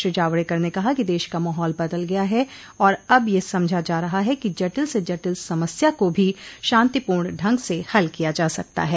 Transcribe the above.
श्री जावड़ेकर ने कहा कि देश का माहौल बदल गया है और अब ये समझा जा रहा है कि जटिल से जटिल समस्या को भी शांतिपूर्ण ढंग से हल किया जा सकता है